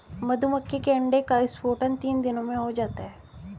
मधुमक्खी के अंडे का स्फुटन तीन दिनों में हो जाता है